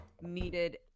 needed